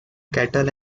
cattle